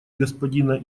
господина